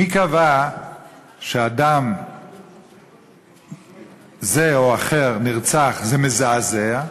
מי קבע שכשאדם זה או אחר שנרצח זה מזעזע,